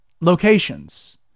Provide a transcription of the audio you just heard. locations